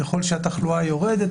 ככל שהתחלואה יורדת,